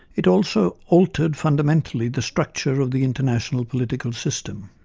it also altered fundamentally the structure of the international political system.